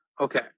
Okay